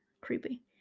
creepy